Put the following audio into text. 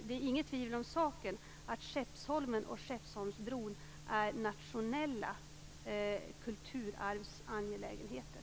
Det är inget tvivel om att Skeppsholmen och Skeppsholmsbron är nationella kulturarvsangelägenheter.